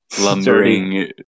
lumbering